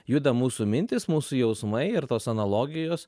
juda mūsų mintys mūsų jausmai ir tos analogijos